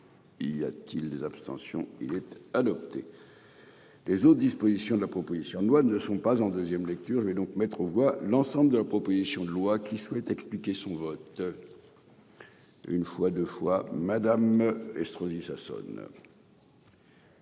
y a-t-il des abstentions il était adopté. Les autres dispositions de la proposition de loi ne sont pas en 2ème lecture mais donc mettre aux voix l'ensemble de la proposition de loi qui souhaite expliquer son vote. Une fois, deux fois Madame Estrosi Sassone.